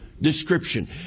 Description